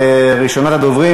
ראשונת הדוברים,